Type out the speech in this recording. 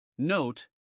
Note